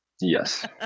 Yes